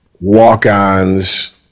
walk-ons